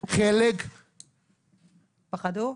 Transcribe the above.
חלק --- פחדו?